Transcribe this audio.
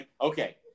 Okay